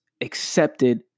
accepted